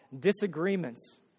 disagreements